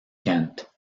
kent